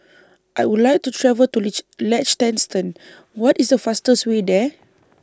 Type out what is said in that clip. I Would like to travel to Liechtenstein What IS The fastest Way There